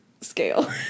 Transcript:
scale